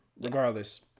Regardless